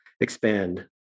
expand